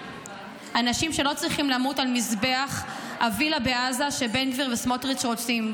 אנשים שלא צריכים למות על מזבח הווילה בעזה שבן גביר וסמוטריץ' רוצים.